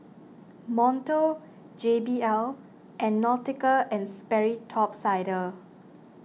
Monto J B L and Nautica and Sperry Top Sider